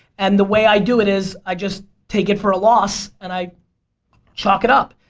and the way i do it is i just take it for a loss and i chalk it up.